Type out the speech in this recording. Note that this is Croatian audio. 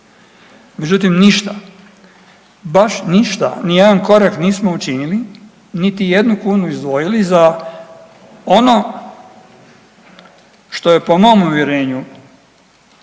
međutim ništa, baš ništa nijedan korak nismo učinili, niti jednu kunu izdvojili za ono što je po mom uvjerenju